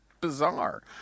bizarre